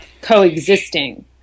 coexisting